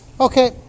okay